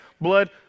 blood